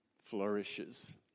flourishes